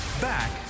Back